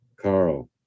Carl